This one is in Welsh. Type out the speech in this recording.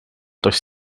does